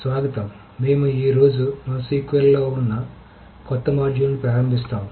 స్వాగతం మేము ఈ రోజు NoSQL లో ఉన్న కొత్త మాడ్యూల్ని ప్రారంభిస్తాము